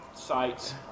sites